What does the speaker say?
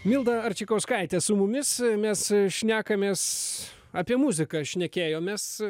milda arčikauskaitė su mumis e mes šnekamės apie muziką šnekėjomės